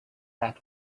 that